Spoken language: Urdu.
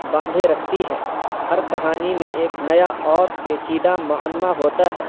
باندھے رکھتی ہے ہر کہانی میں ایک نیا اور پیچیدہ معمہ ہوتا ہے